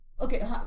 Okay